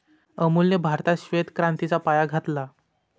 अमूलने भारतात श्वेत क्रांतीचा पाया घातला